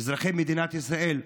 אזרחי מדינת ישראל,